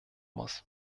muss